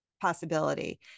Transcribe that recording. possibility